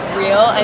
real